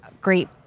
great